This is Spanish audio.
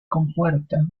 compuerta